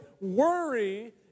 worry